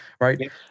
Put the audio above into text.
right